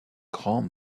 grand